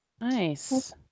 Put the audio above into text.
Nice